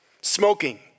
Smoking